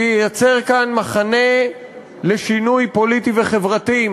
שייצר כאן מחנה לשינוי פוליטי וחברתי,